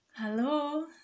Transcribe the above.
Hello